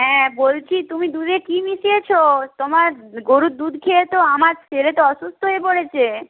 হ্যাঁ বলছি তুমি দুধে কি মিশিয়েছো তোমার গোরুর দুধ খেয়ে তো আমার ছেলে তো অসুস্থ হয়ে পড়েছে